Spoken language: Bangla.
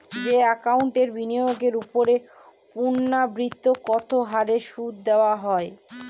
যে একাউন্টে বিনিয়োগের ওপর পূর্ণ্যাবৃত্তৎকত হারে সুদ দেওয়া হয়